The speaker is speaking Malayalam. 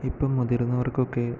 ഇപ്പോൾ മുതിർന്നവർക്കൊക്കെ